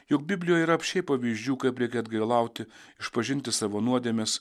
juk biblijoj yra apsčiai pavyzdžių kaip reikia atgailauti išpažinti savo nuodėmes